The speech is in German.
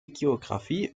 geografie